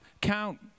count